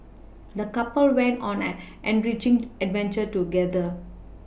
the couple went on an enriching adventure together